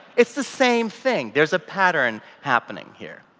it's the same thing. there's a pattern happening here.